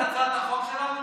קראת את הצעת החוק שלנו?